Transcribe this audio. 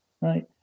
right